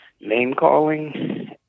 name-calling